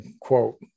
quote